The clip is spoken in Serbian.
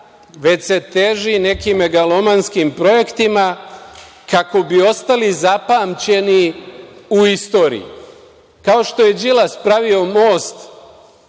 već se teži nekim megalomanskim projektima kako bi ostali zapamćeni u istoriji. Kao što je Đilas pravio most